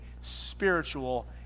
spiritual